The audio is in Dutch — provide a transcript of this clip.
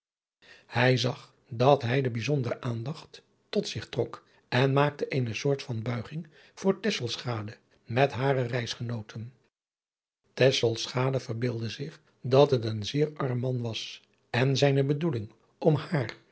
hij zag dat hij de bijzondere aandacht tot zich trok en maakte eene soort van buiging voor tesselschade met hare reisgenooten tesselschade verbeeldde zich dat het een zeer arm man was en zijne bedoeling om haar